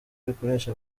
bikoresha